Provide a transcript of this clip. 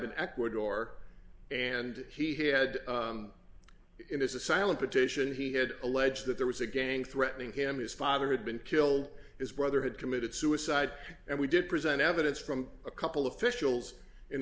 in ecuador and he had in his asylum petition he had alleged that there was a gang threatening him his father had been killed his brother had committed suicide and we did present evidence from a couple of fish olds in